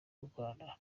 gukorana